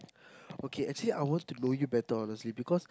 okay actually I want to know you better honestly because